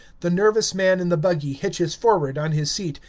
the nervous man in the buggy hitches forward on his seat,